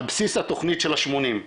על בסיס התוכנית של ה-80.